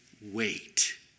wait